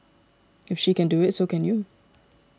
if she can do it so can you